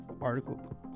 Article